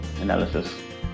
analysis